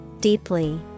Deeply